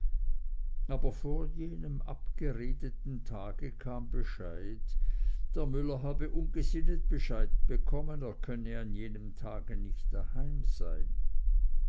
aber vor jenem abgeredeten tage kam bescheid der müller habe ungsinnet bescheid bekommen und könne an jenem tage nicht daheim sein